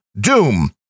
doom